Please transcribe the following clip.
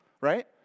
right